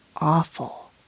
awful